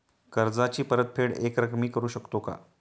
कर्जाची परतफेड एकरकमी करू शकतो का?